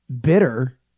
Bitter